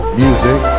music